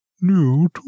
New